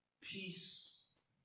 peace